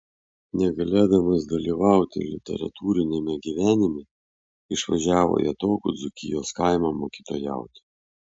negalėdamas dalyvauti literatūriniame gyvenime išvažiavo į atokų dzūkijos kaimą mokytojauti